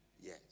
Yes